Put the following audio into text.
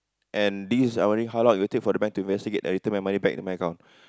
and these I worry how long it will take for the bank to investigate and return my money back into my account